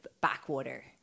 backwater